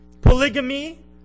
polygamy